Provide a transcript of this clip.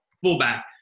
fullback